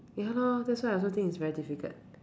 ya lor that's why I also think is very difficult